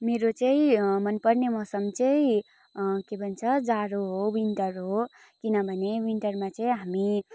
मेरो चाहिँ मन पर्ने मौसम चाहिँ के भन्छ जाडो हो विन्टर हो किनभने विन्टरमा चाहिँ हामी